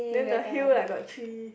then the hill like got tree